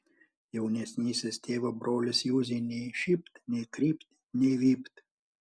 jaunesnysis tėvo brolis juzei nei šypt nei krypt nei vypt